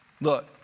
Look